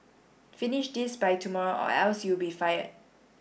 finish this by tomorrow or else you'll be fired